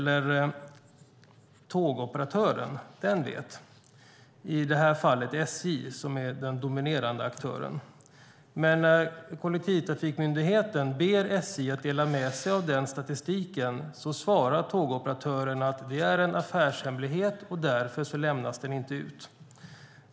Men tågoperatören, i det här fallet SJ, vet. Det är den dominerande aktören. Men när kollektivtrafikmyndigheten ber SJ dela med sig av den statistiken svarar tågoperatören att det är en affärshemlighet och därför lämnas den inte ut.